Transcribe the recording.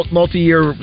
multi-year